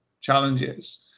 challenges